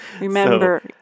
Remember